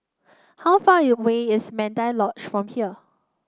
how far away is Mandai Lodge from here